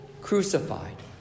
crucified